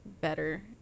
better